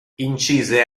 incise